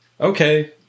okay